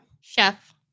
Chef